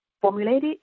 formulated